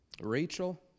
Rachel